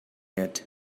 yet